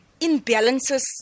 Imbalances